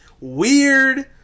weird